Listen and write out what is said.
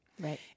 Right